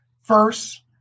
First